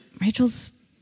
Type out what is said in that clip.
Rachel's